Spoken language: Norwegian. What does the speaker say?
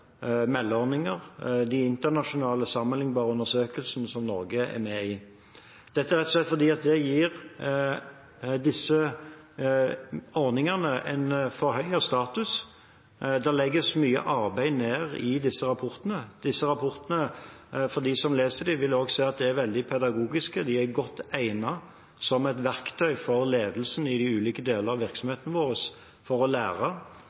meldeordninger og de internasjonale sammenlignbare undersøkelsene som Norge er med i. Dette er rett og slett fordi det gir disse ordningene en forhøyet status. Det legges mye arbeid ned i disse rapportene. De som leser disse rapportene, vil også se at de er veldig pedagogiske. De er godt egnet som verktøy for ledelsen i de ulike delene av virksomheten vår for å lære, og ikke minst lære av